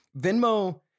Venmo